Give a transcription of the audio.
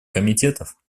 комитетов